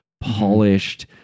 polished